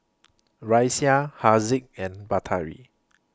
Raisya Haziq and Batari